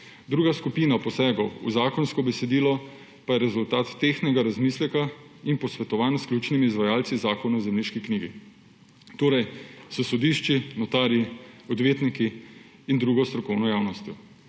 prava. Druga skupina posegov v zakonsko besedilo pa je rezultat tehtnega razmisleka in posvetovanj s ključnimi izvajalci Zakona o zemljiški knjigi, torej s sodišči, notarji, odvetniki in drugo strokovno javnostjo.